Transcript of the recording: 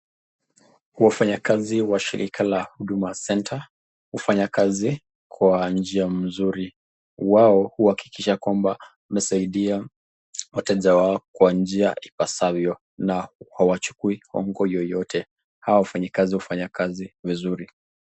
Wafanyi kazi wa shirika la huduma centre, hufanya kazi kwa njia mzuri. Wao huakikisha kwamba wamesaidia wateja wao kwa njia ipasavyo, na hawachukui hongo yoyote. Hawa wafanyi kazi hufanya kazi vizuri.